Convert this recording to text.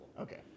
Okay